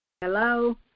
Hello